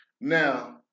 Now